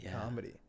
comedy